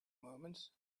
moments